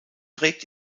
trägt